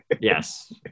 Yes